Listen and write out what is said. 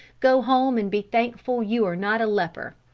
go home and be thankful you are not a leper!